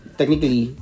technically